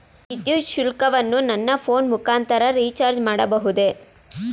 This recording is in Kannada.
ವಿದ್ಯುತ್ ಶುಲ್ಕವನ್ನು ನನ್ನ ಫೋನ್ ಮುಖಾಂತರ ರಿಚಾರ್ಜ್ ಮಾಡಬಹುದೇ?